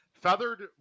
Feathered